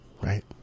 Right